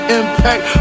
impact